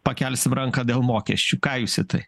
pakelsim ranką dėl mokesčių ką jūs į tai